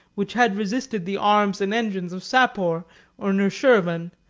which had resisted the arms and engines of sapor or nushirvan,